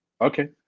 Okay